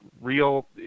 real